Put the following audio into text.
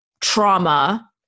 trauma